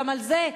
וגם על זה,